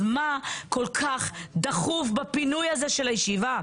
אז מה כל כך דחוף בפינוי הזה של הישיבה?